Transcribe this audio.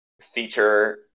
feature